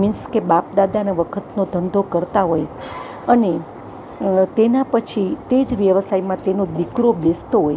means કે બાપ દાદા વખતનો ધંધો કરતા હોય અને તેના પછી તે જ વ્યવસાયમાં તેનો દીકરો બેસતો હોય